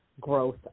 growth